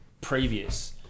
previous